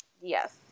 Yes